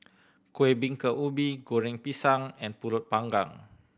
Kueh Bingka Ubi Goreng Pisang and Pulut Panggang